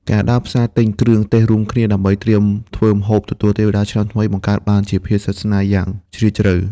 ការដើរផ្សារទិញគ្រឿងទេសរួមគ្នា ដើម្បីត្រៀមធ្វើម្ហូបទទួលទេវតាឆ្នាំថ្មី បង្កើតបានជាភាពស្និទ្ធស្នាលយ៉ាងជ្រាលជ្រៅ។